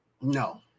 no